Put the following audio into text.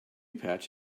patch